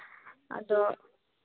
ᱟᱫᱚ